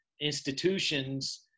institutions